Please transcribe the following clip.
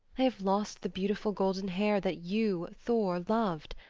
i have lost the beautiful golden hair that you, thor, loved.